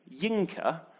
Yinka